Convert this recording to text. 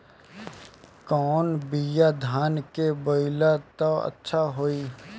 कौन बिया धान के बोआई त अच्छा होई?